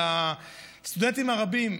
ציין בתחילת דבריו על הסטודנטים הרבים,